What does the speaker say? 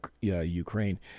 Ukraine